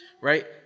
right